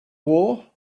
war